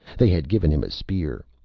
they had given him a spear.